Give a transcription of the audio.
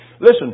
Listen